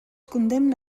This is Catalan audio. condemna